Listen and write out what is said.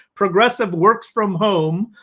progressive works from home,